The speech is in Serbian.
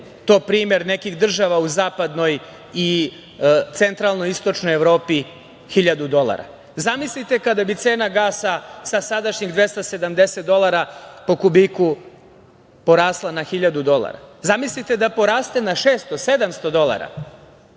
je to primer nekih država u zapadnoj i centralnoj istočnoj Evropi, 1.000 dolara. Zamislite kada bi cena gasa sa sadašnjih 270 dolara po kubiku porasla na 1.000 dolara? Zamislite da poraste na 600, 700 dolara?